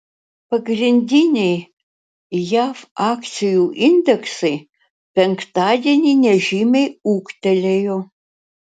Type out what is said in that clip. pagrindiniai jav akcijų indeksai penktadienį nežymiai ūgtelėjo